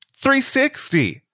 360